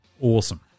Awesome